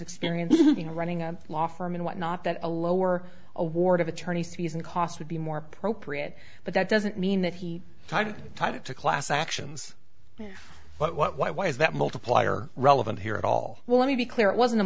experience in running a law firm and whatnot that a lower award of attorney's fees and costs would be more appropriate but that doesn't mean that he had time to class actions but what why why is that multiplier relevant here at all well let me be clear it wasn't a